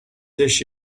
this